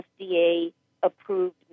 FDA-approved